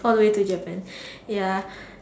all the way to Japan ya